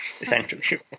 essentially